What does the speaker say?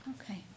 Okay